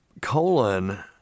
colon